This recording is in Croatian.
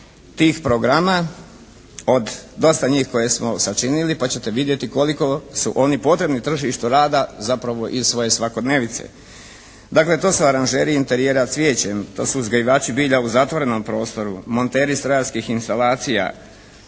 tih programa od dosta njih koje smo sačinili pa ćete vidjeti koliko su oni potrebni tržištu rada zapravo iz svoje svakodnevice. Dakle, to su aranžeri interijera cvijećem, to su uzgajivači bilja u zatvorenom prostoru, monteri strojarskih instalacija,